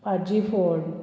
पाजीफोंड